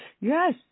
Yes